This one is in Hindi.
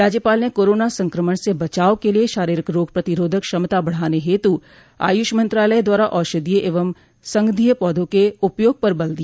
राज्यपाल ने कोरोना संक्रमण से बचाव के लिये शारीरिक रोग प्रतिरोधक क्षमता बढ़ान हेतु आयुष मंत्रालय द्वारा औषधीय एवं सगंधीय पौधों के उपयोग पर बल दिया